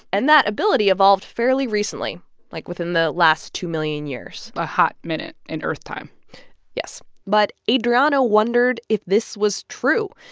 and that ability evolved fairly recently like, within the last two million years a hot minute in earth time yes. but adriano wondered if this was true,